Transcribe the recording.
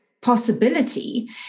possibility